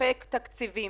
לספק תקציבים.